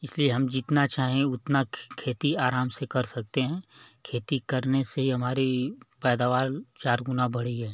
इसलिए हम जितना चाहें उतना खेती आराम से कर सकते हैं खेती करने से ही हमारी पैदावार चार गुना बढ़ी है